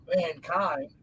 mankind